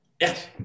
Yes